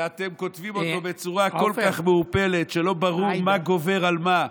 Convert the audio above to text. ואתם כותבים אותו בצורה כל כך מעורפלת שלא ברור מה גובר על מה: